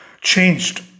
changed